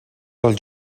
dels